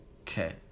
Okay